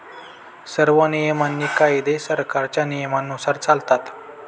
सर्व नियम आणि कायदे सरकारच्या नियमानुसार चालतात